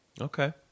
Okay